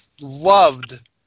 loved